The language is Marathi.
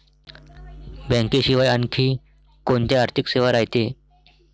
बँकेशिवाय आनखी कोंत्या आर्थिक सेवा रायते?